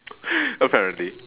apparently